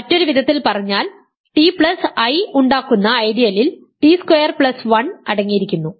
മറ്റൊരു വിധത്തിൽ പറഞ്ഞാൽ ti ഉണ്ടാക്കുന്ന ഐഡിയലിൽ ടി സ്ക്വയർ പ്ലസ് 1 അടങ്ങിയിരിക്കുന്നു